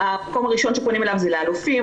המקום הראשון שפונים אליו הוא לאלופים.